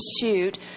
shoot